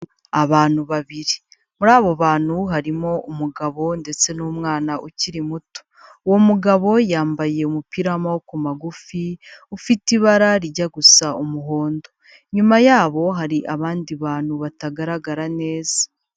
Abantu babiri, muri abo bantu harimo umugabo ndetse n'umwana ukiri muto. Uwo mugabo yambaye umupira w'amaboko magufi, ufite ibara rijya gusa umuhondo. Inyuma ya hari abandi bantu batagaragara neza.